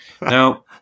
Now